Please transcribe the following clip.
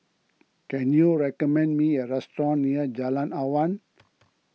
can you recommend me a restaurant near Jalan Awan